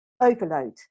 overload